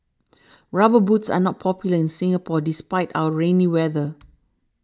rubber boots are not popular in Singapore despite our rainy weather